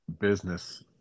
business